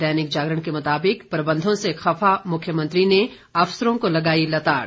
दैनिक जागरण के मुताबिक प्रबंधों से खफा मुख्यमंत्री ने अफसरों को लगाई लताड़